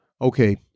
Okay